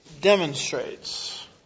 Demonstrates